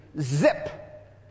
Zip